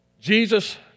Jesus